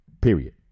period